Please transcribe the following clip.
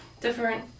Different